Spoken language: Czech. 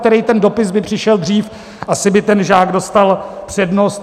který ten dopis by přišel dřív, asi by ten žák dostal přednost.